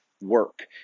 work